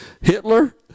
Hitler